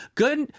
good